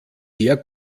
sehr